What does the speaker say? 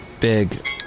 big